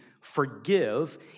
forgive